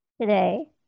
today